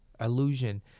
illusion